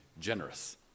generous